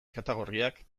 katagorriak